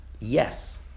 Yes